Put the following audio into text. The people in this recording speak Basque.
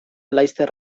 laster